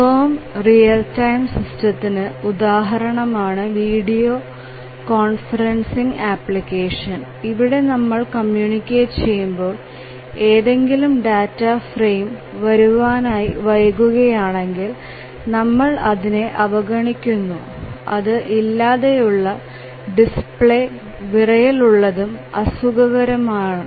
firm real time സിസ്റ്റത്തിന് ഉദാഹരണമാണ് video conferencing application ഇവിടെ നമ്മൾ കമ്മ്യൂണിക്കേറ്റ് ചെയ്യുമ്പോൾ ഏതെങ്കിലും ഡാറ്റാ ഫ്രെയിം വരുവാനായി വൈകുകയാണെങ്കിൽ നമ്മൾ അതിനെ അവഗണിക്കുന്നു അത് ഇല്ലാതെയുള്ള ഡിസ്പ്ലേ വിറയൽ ഉള്ളതും അസുഖകരമായ തുആണ്